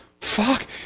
Fuck